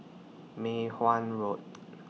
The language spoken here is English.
Mei Hwan Road